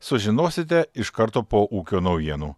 sužinosite iš karto po ūkio naujienų